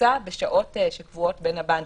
כקבוצה בשעות קבועות בין הבנקים.